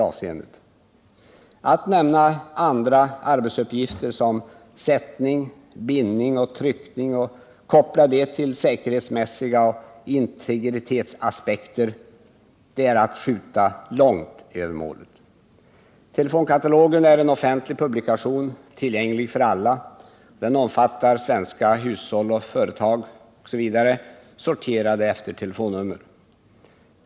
Att nämna sådana arbetsuppgifter som sättning, bindning och tryckning och koppla dessa till säkerhetsmässiga aspekter och integritetsaspekter är att skjuta långt över målet. Telefonkatalogen är en offentlig publikation, tillgänglig för alla. Den omfattar bl.a. svenska hushåll och företag, sorterade efter telefonnumer.